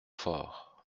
fort